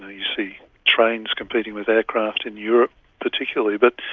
know, you see trains competing with aircraft in europe particularly. but,